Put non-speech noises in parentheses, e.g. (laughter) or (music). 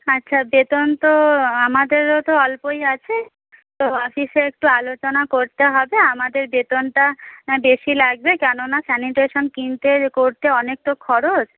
আচ্ছা বেতন তো আমাদেরও তো অল্পই আছে তো অফিসে একটু আলোচনা করতে হবে আমাদের বেতনটা (unintelligible) বেশি লাগবে কেন না স্যানিটেশন কিনতে করতে অনেক তো খরচ